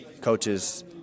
coaches